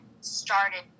started